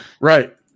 Right